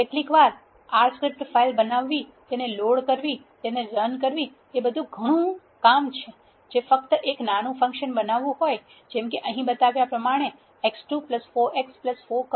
કેટલીકવાર R script file બનાવવીતેને load કરવી તેને રન કરવી એ બધુ ખુબ ઘણુ કામ છે જે ફ્ક્ત એક નાનુ ફંક્શન બનાવવુ હોય જેમ કે અહી બતાવ્યા પ્રમાણે x2 4x 4